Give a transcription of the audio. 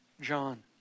John